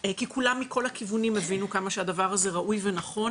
כי כולם מכל הכיוונים הבינו כמה שהדבר הזה ראוי ונכון